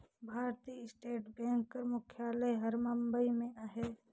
भारतीय state bank कर मुख्यालय हर बंबई में अहे